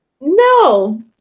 No